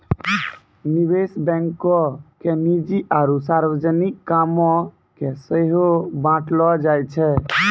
निवेश बैंको के निजी आरु सार्वजनिक कामो के सेहो बांटलो जाय छै